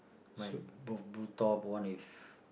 mine both blue top one with